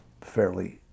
fairly